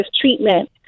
treatment